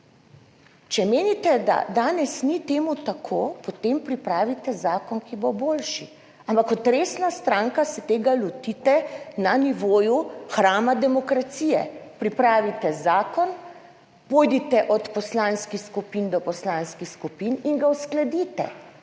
Če menite, da danes ni temu tako, potem pripravite zakon, ki bo boljši, ampak kot resna stranka se tega lotite na nivoju hrama demokracije, pripravite zakon, pojdite od poslanskih skupin do poslanskih skupin in ga uskladite,